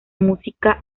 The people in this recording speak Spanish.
música